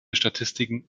statistiken